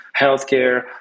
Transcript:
healthcare